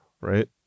right